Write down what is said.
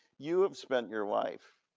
you have spent your life